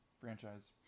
franchise